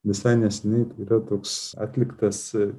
visai neseniai yra toks atliktas